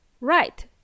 Right